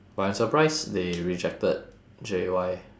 but I'm surprised they rejected J Y